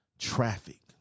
traffic